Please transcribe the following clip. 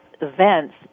events